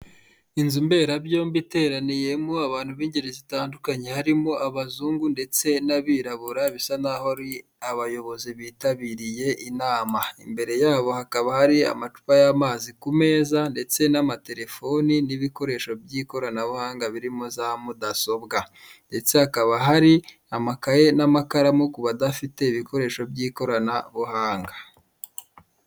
Inzu mberabyombi iteraniyemo abantu b'ingeri zitandukanye harimo abazungu ndetse n'abirabura bisa nkaho ari abayobozi bitabiriye inama. Imbere yabo hakaba hari amacupa y'amazi kumeza ndetse n'amaterefoni n'ibikoresho by'ikoranabuhanga birimo za mudasobwa, ndetse hakaba hari amakaye n'amakaramu kubadafite ibikoresho by'ikoranabuhanga.